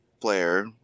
player